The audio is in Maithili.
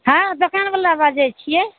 हँ दोकानवला बाजै छिए